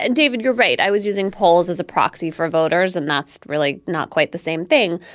and david, you're right. i was using polls as a proxy for voters, and that's really not quite the same thing.